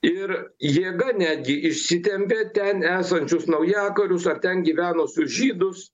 ir jėga netgi išsitempė ten esančius naujakurius ar ten gyvenusius žydus